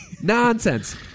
Nonsense